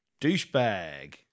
douchebag